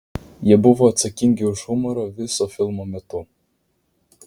jie buvo atsakingi už humorą viso filmo metu